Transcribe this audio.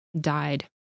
died